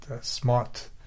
smart